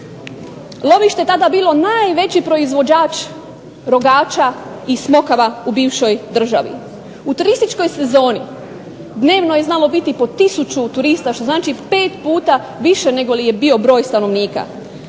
Lovište je tada bilo najveći proizvođač rogača i smokava u bivšoj državi. U turističkoj sezoni, dnevno je znalo biti po tisuću turista, što znači pet puta više negoli je bio broj stanovnika.